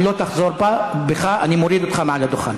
אם לא תחזור בך, אני מוריד אותך מעל הדוכן.